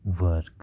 work